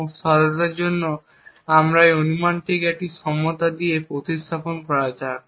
এবং সরলতার জন্য এই অনুমানটিকে একটি সমতা দিয়ে প্রতিস্থাপন করা যাক